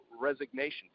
resignation